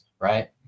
right